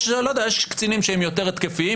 יש קצינים שהם יותר התקפיים,